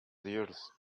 yours